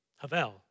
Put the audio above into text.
Havel